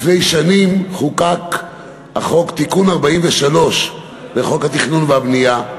לפני שנים חוקק החוק תיקון 43 לחוק התכנון והבנייה,